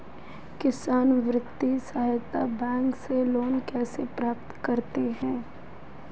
किसान वित्तीय सहायता बैंक से लोंन कैसे प्राप्त करते हैं?